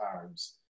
times